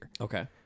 Okay